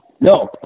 No